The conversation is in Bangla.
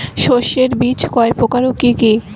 শস্যের বীজ কয় প্রকার ও কি কি?